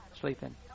sleeping